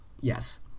Yes